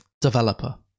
developer